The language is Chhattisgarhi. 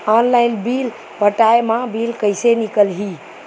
ऑनलाइन बिल पटाय मा बिल कइसे निकलही?